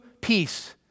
peace